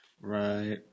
Right